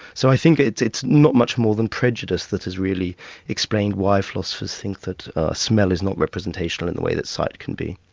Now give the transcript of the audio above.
so i think it's it's not much more than prejudice that has really explained why philosophers think that smell is not representational in the way that sight can be.